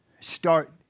start